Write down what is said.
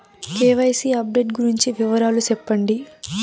KYC update గురించి వివరాలు సెప్పండి?